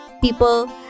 People